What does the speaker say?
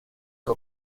che